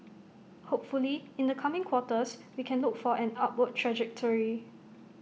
hopefully in the coming quarters we can look for an upward trajectory